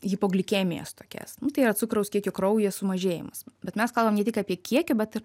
hipoglikemijas tokias nu tai yra cukraus kiekio kraujyje sumažėjimas bet mes kalbam ne tik apie kiekį bet ir